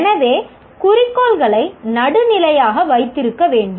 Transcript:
எனவே குறிக்கோள்களை நடுநிலையாக வைத்திருக்க வேண்டும்